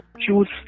choose